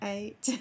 Eight